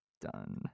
done